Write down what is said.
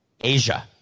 Asia